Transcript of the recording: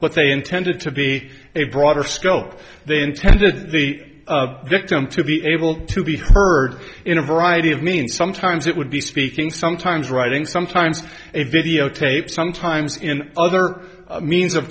what they intended to be a broader scope they intended the victim to be able to be heard in a variety of means sometimes it would be speaking sometimes writing sometimes a videotape sometimes in other means of